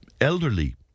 elderly